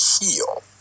heal